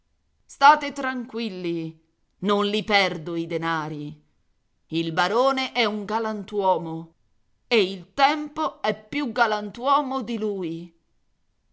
state tranquilli non li perdo i denari il barone è un galantuomo e il tempo è più galantuomo di lui